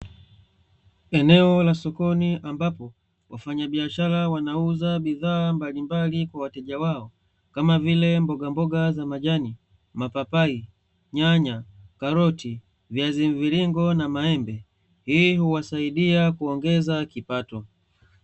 Eneo la sokoni ambapo wafanyabiashara wanauza bidhaa mbalimbali kwa wateja wao kama vile; mbogamboga za majani, mapapai, nyanya, karoti, viazi mviringo na maembe hii huwasaidia kuongeza kipato.